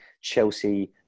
Chelsea